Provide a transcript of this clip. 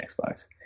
Xbox